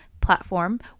platform